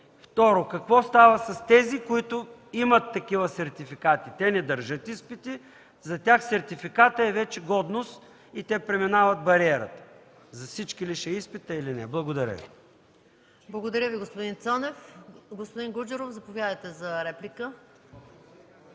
Второ, какво става с тези, които имат такива сертификати - те не държат изпити, за тях сертификата е вече годност и те преминават бариерата? За всички ли ще е изпита или не? Благодаря. ПРЕДСЕДАТЕЛ МАЯ МАНОЛОВА: Благодаря Ви, господин Цонев. Господин Гуджеров, заповядайте за реплика.